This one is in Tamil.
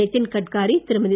நிதின் கட்காரி திருமதி